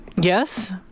Yes